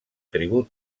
tribut